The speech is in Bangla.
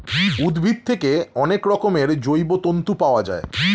উদ্ভিদ থেকে অনেক রকমের জৈব তন্তু পাওয়া যায়